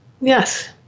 Yes